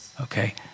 okay